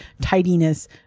tidiness